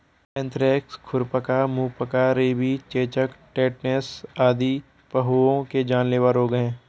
anthrax, खुरपका, मुहपका, rabies, चेचक, टेटनस आदि पहुओं के जानलेवा रोग हैं